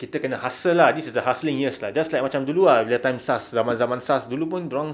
kita kena hustle ah this is a hustling years lah just like macam dulu ah time SARS zaman SARS dulu pun dorang